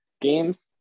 games